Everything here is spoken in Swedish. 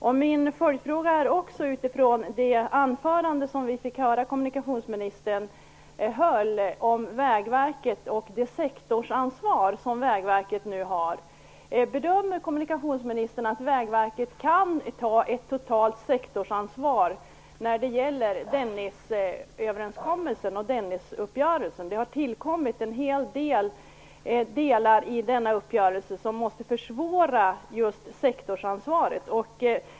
Sedan har jag en följdfråga utifrån det anförande som kommunikationsministern höll om Vägverket och det sektorsansvar som Vägverket nu har. Bedömer kommunikationsministern att Vägverket kan ta ett totalt sektorsansvar när det gäller Dennisöverenskommelsen och Dennisuppgörelsen? Det har tillkommit nya delar i denna uppgörelse som måste försvåra sektorsansvaret.